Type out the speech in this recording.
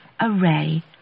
array